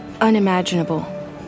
unimaginable